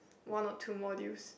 one or two modules